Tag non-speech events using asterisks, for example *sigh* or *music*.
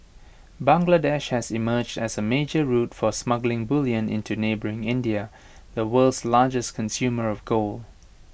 Bangladesh has emerged as A major route for smuggled bullion into neighbouring India *noise* the world's largest consumer of gold